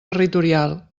territorial